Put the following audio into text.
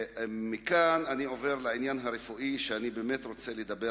מכאן אני עובר לעניין הרפואי שעליו אני רוצה לדבר,